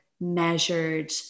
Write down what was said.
measured